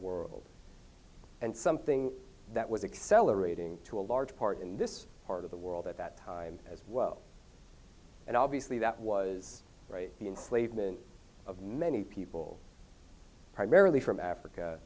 world and something that was accelerating to a large part in this part of the world at that time as well and obviously that was right the enslavement of many people primarily from africa